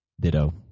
Ditto